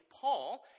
Paul